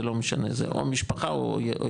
זה לא משנה, זה או משפחה, או יחיד.